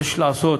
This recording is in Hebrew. יש לעשות